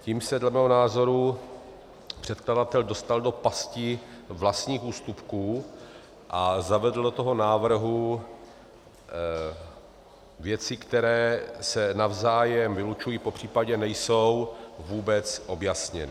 Tím se dle mého názoru předkladatel do pasti vlastních ústupků a zavedl do toho návrhu věci, které se navzájem vylučují, popřípadě nejsou vůbec objasněny.